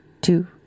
two